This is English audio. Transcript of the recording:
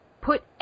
put